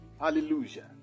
Hallelujah